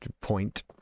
Point